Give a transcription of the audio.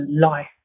life